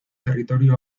territorio